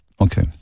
okay